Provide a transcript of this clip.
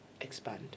expand